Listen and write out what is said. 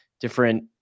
different